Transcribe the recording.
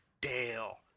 Dale